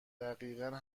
دقیقا